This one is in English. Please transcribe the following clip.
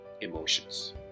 emotions